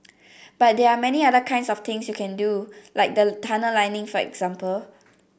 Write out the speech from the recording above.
but there are many other kinds of things you can do like the tunnel lining for example